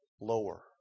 lower